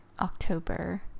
october